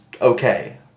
okay